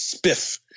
spiff